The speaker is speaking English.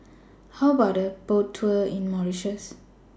How about A Boat Tour in Mauritius